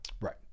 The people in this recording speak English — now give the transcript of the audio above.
Right